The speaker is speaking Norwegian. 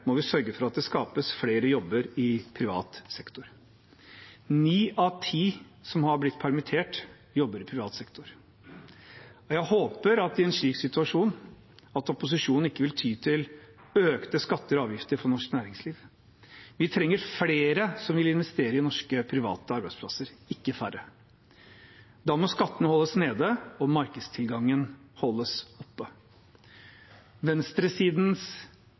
må vi sørge for at det skapes flere jobber i privat sektor. Ni av ti som har blitt permittert, jobber i privat sektor, og jeg håper at opposisjonen, i en slik situasjon, ikke vil ty til økte skatter og avgifter for norsk næringsliv. Vi trenger flere som vil investere i norske private arbeidsplasser, ikke færre. Da må skattene holdes nede og markedstilgangen holdes oppe. Venstresidens